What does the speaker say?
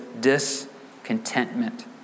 discontentment